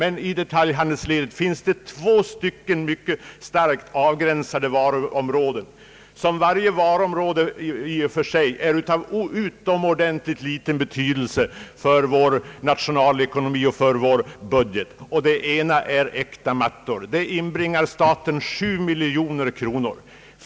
Den ena varugruppen är äkta mattor, och beskatt Om slopande av vissa punktskatter ningen inbringar där omkring 7 miljoner kronor.